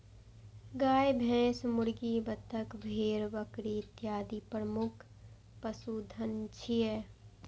गाय, भैंस, मुर्गी, बत्तख, भेड़, बकरी इत्यादि प्रमुख पशुधन छियै